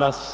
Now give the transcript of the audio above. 1.